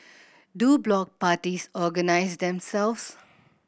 do block parties organise themselves